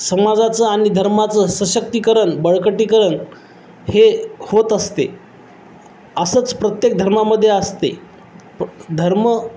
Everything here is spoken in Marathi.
समाजाचं आणि धर्माचं सशक्तिकरण बळकटीकरण हे होत असते असंच प्रत्येक धर्मामध्ये असते पण धर्म